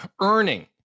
earning